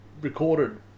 recorded